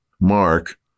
Mark